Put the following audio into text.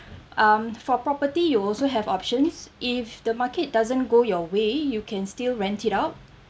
um for property you also have options if the market doesn't go your way you can still rent it out